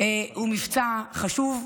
הוא מבצע חשוב,